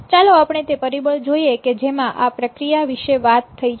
ચાલો આપણે તે પરિબળ જોઈએ કે જેમાં આ પ્રક્રિયા વિશે વાત થઈ છે